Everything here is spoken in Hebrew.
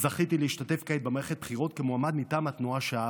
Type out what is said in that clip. זכיתי להשתתף כעת במערכת הבחירות כמועמד מטעם התנועה שאהבתי.